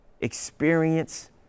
experience